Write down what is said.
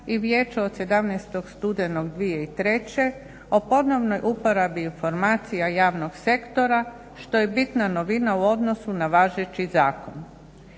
i Vijeća od 17. studenog 2003. o ponovnoj uporabi informacija javnog sektora što je bitna novina u odnosu na važeći zakon.